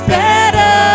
better